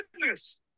goodness